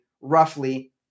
roughly